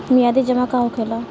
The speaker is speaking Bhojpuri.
मियादी जमा का होखेला?